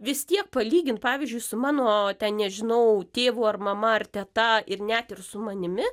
vis tiek palygint pavyzdžiui su mano nežinau tėvu ar mama ar teta ir net ir su manimi